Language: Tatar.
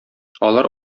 алар